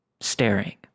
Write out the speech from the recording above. staring